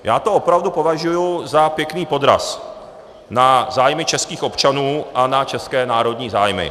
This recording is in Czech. Já to opravdu považuji za pěkný podraz na zájmy českých občanů a na české národní zájmy.